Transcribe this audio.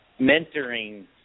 mentoring